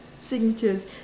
signatures